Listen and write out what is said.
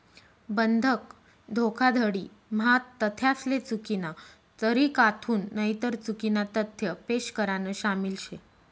बंधक धोखाधडी म्हा तथ्यासले चुकीना तरीकाथून नईतर चुकीना तथ्य पेश करान शामिल शे